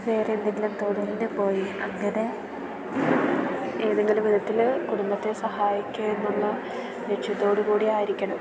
വേറെ എന്തെങ്കിലും തൊഴിലിന് പോയി അങ്ങനെ ഏതെങ്കിലും വിധത്തില് കുടുംബത്തെ സഹായിക്കാമെന്നുള്ള ലക്ഷ്യത്തോട് കൂടി ആയിരിക്കണം